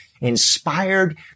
inspired